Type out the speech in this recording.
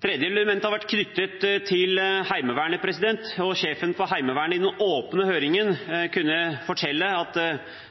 Det tredje elementet har vært knyttet til Heimevernet. Sjefen for Heimevernet kunne i den åpne høringen fortelle at